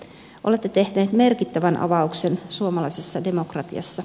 te olette tehneet merkittävän avauksen suomalaisessa demokratiassa